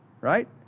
right